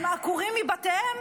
והם עקורים מבתיהם,